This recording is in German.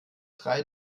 drei